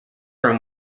room